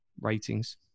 ratings